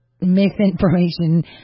misinformation